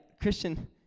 Christian